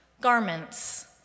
garments